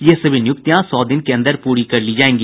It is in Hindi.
ये सभी नियुक्तियां सौ दिन के अन्दर पूरी कर ली जायेगी